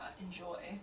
enjoy